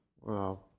Wow